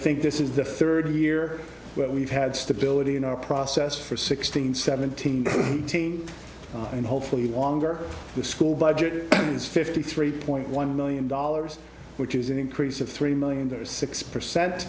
think this is the third year that we've had stability in our process for sixteen seventeen eighteen and hopefully longer school budget is fifty three point one million dollars which is an increase of three million dollars six percent